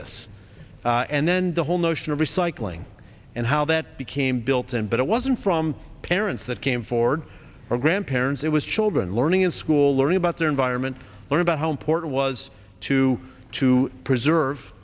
this and then the whole notion of recycling and how that became built in but it wasn't from parents that came forward our grandparents it was children learning in school learning about their environment learn about how important was to to preserve